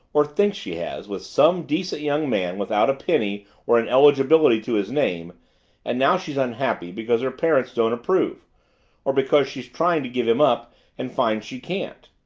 or thinks she has, with some decent young man without a penny or an eligibility to his name and now she's unhappy because her parents don't approve or because she's trying to give him up and finds she can't.